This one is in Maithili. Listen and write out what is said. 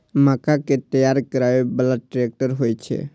मक्का कै तैयार करै बाला ट्रेक्टर होय छै?